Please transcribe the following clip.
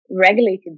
regulated